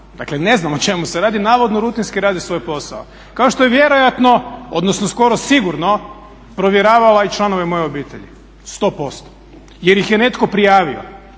dakle ne znam o čemu se radi, navodno rutinski radi svoj posao. Kao što je i vjerojatno, odnosno skoro sigurno provjeravala i članove moje obitelji, sto posto. Jer ih je netko prijavio.